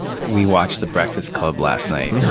we watched the breakfast club last night. oh,